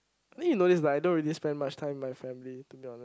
I think you know this but I don't really spend much time with my family to be honest